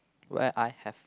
where I have